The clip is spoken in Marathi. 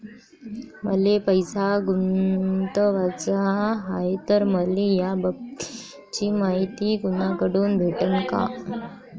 मले पैसा गुंतवाचा हाय तर मले याबाबतीची मायती कुनाकडून भेटन?